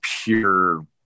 pure